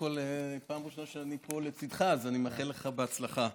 פעם ראשונה שאני פה לצידך, אז אני מאחל לך הצלחה.